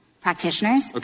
practitioners